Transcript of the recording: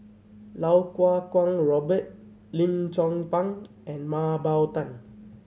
Lau Kuo Kwong Robert Lim Chong Pang and Mah Bow Tan